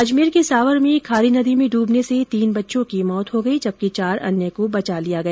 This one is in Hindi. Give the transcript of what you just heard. अजमेर के सावर में खारी नदी में डूबने से तीन बच्चों की मौत हो गई जबकि चार अन्य को बचा लिया गया